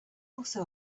also